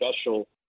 special